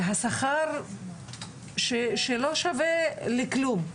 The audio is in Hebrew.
השכר שלא שווה לכלום.